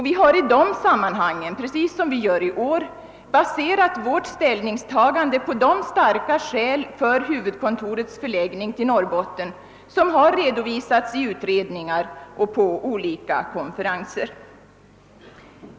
Vi har i dessa sammanhang, precis som vi gör i år, baserat vårt ställningstagande på de starka skäl för huvudkontorets förläggning till Norrbotten som har redovisats i utredningar och på olika konferenser.